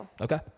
okay